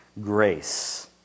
Grace